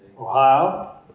Ohio